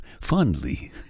Fondly